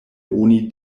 oni